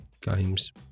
Games